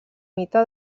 mite